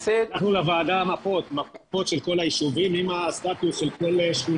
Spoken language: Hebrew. נבוא עם המפות של כל היישובים עם סטטוס של כל שכונה,